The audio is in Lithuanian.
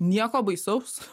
nieko baisaus